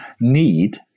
need